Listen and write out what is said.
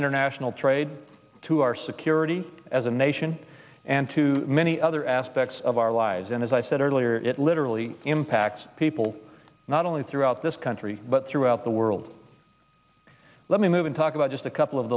international trade to our security as a nation and to many other aspects of our lives and as i said earlier it literally impacts people not only throughout this country but throughout the world let me move and talk about just a couple of